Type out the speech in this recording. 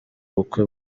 ubukwe